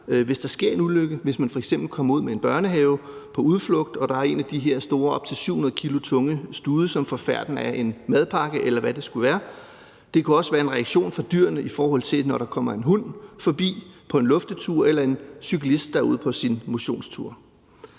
hvis der sker en ulykke; hvis man f.eks. kommer ud med en børnehave på udflugt og der er en af de her store op til 700 kg tunge stude, som får færten af en madpakke, eller hvad det skulle være. Det kunne også være en reaktion fra dyrene, hvis der kommer en hund forbi på en luftetur, eller en cyklist, der er ude på sin motionstur.